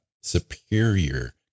superior